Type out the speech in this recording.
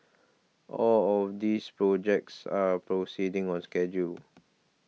all of these projects are proceeding on schedule